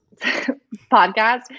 podcast